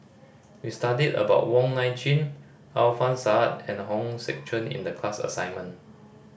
we studied about Wong Nai Chin Alfian Sa'at and Hong Sek Chern in the class assignment